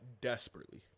desperately